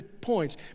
points